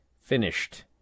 finished